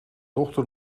dochter